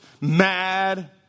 mad